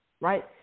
right